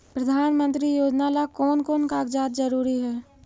प्रधानमंत्री योजना ला कोन कोन कागजात जरूरी है?